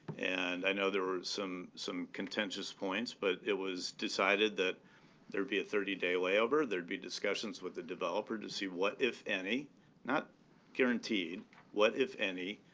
and i know there were some some contentious points. but it was decided that there would be a thirty day layover. there'd be discussions with the developer to see what, if any not guaranteed what, if any,